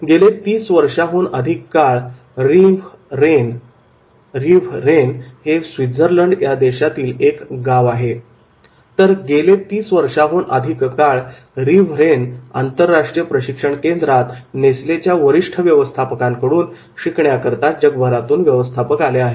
गेले तीस वर्षाहून अधिक काळ रिव्ह रेन स्वित्झर्लंड या देशातील एक गाव आंतरराष्ट्रीय प्रशिक्षण केंद्रात नेसलेच्या वरिष्ठ व्यवस्थापकांकडून शिकण्याकरिता जगभरातून व्यवस्थापक आले आहेत